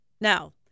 Now